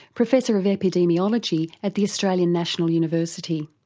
professor of epidemiology at the australian national university.